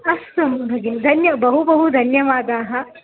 अस्तु भगिनि धन्यः बहु बहु धन्यवादाः